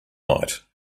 night